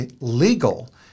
legal